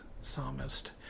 psalmist